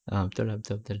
ah betul ah betul betul